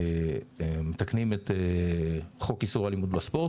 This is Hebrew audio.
אנחנו מתקנים את חוק איסור אלימות בספורט,